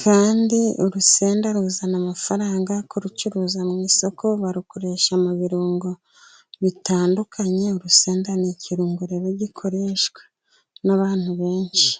kandi urusenda ruzana amafaranga kucuruza mu isoko, barukoresha mu birungo bitandukanye. Urusenda ni ikirungo rero gikoreshwa n'abantu benshi.